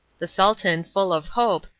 the sultan, full of hope,